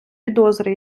підозри